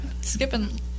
Skipping